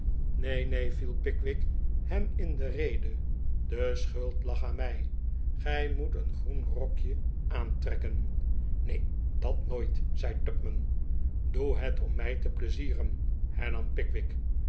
neen neen viel pickwick hem in de rede de schuld lag aan mij gij moet een groen rokje aantrekken neen dat nooit zei tupman dbe het om mij te pleizieren hernam pickwick